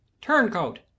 turncoat